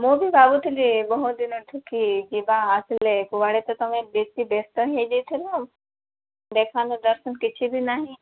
ମୁଁ ବି ଭାବୁଥିଲି ବହୁ ଦିନଠୁ କି ଯିବା ଆସିଲେ କୁଆଡ଼େ ତ ତୁମେ ବେଶୀ ବ୍ୟସ୍ତ ହୋଇଯାଇଥିଲ ଦେଖା ନା ଦର୍ଶନ କିଛି ବି ନାହିଁ